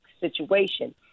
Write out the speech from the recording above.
situation